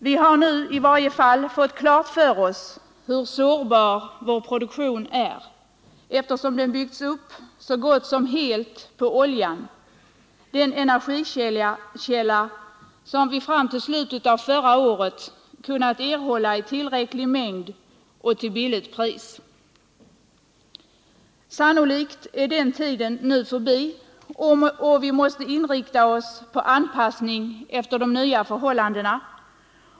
Vi har nu i varje fall fått klart för oss hur sårbar vår produktion är, eftersom den byggts upp så gott som helt på oljan — den energikälla som vi fram till slutet av förra året kunnat erhålla i tillräcklig mängd och till lågt pris. Sannolikt är den tiden nu förbi, och vi måste inrikta oss på anpassning efter de nya förhållandena.